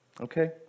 Okay